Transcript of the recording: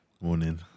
Morning